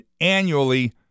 annually